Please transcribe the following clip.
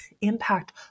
impact